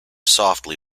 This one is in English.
softly